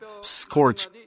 scorch